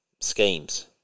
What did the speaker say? schemes